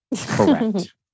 Correct